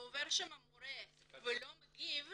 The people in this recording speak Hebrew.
ועובר שם מורה ולא מגיב.